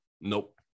Nope